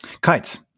kites